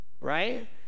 right